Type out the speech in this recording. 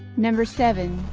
number seven.